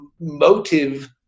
motive